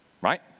right